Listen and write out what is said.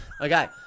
Okay